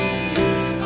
tears